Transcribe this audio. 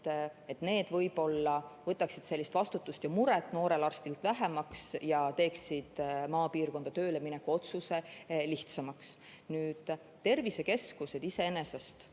Need võib-olla võtaksid sellist vastutust ja muret noorel arstil vähemaks ja teeksid maapiirkonda töölemineku otsuse lihtsamaks. Tervisekeskused iseenesest